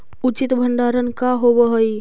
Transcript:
उचित भंडारण का होव हइ?